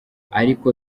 ariko